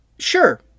sure